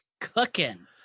cooking